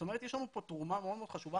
זאת אומרת יש לנו פה תרומה מאוד מאוד חשובה.